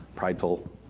prideful